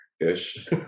ish